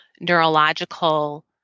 neurological